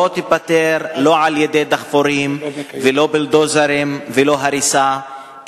תיפתר לא על-ידי דחפורים ולא בבולדוזרים ולא בהריסה,